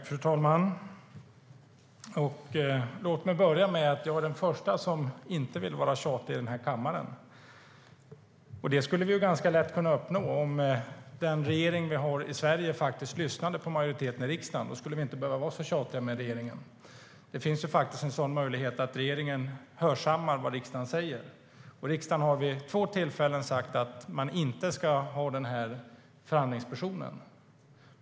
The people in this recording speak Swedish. Fru talman! Låt mig börja med att säga att jag är den förste att inte vilja vara tjatig i den här kammaren. Det skulle lätt kunna uppnås om den regering vi har i Sverige lyssnade på majoriteten i riksdagen. Då skulle vi inte behöva vara så tjatiga med regeringen. Det finns ju faktiskt en möjlighet för regeringen att hörsamma vad riksdagen säger. Och riksdagen har vid två tillfällen sagt att man inte ska ha den här förhandlingspersonen.